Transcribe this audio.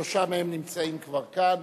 שלושה מהם כבר נמצאים כאן,